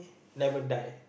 never die